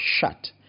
shut